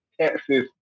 Texas